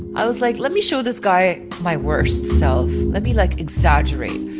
i was like, let me show this guy my worst self. let me, like, exaggerate.